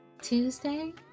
Tuesday